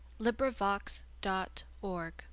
LibriVox.org